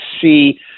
see